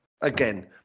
again